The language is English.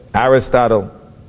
Aristotle